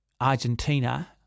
Argentina